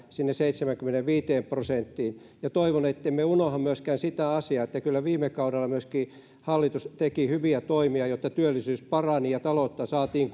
sinne seitsemäänkymmeneenviiteen prosenttiin on todella tärkeää ja toivon ettemme unohda myöskään sitä asiaa että kyllä myöskin viime kaudella hallitus teki hyviä toimia jotta työllisyys parani ja taloutta saatiin